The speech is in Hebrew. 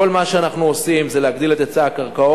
כל מה שאנחנו עושים זה להגדיל את היצע הקרקעות.